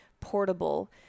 portable